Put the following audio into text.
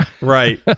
Right